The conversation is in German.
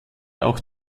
auch